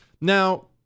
Now